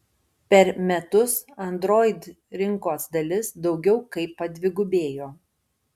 per metus android rinkos dalis daugiau kaip padvigubėjo